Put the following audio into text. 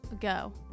go